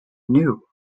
new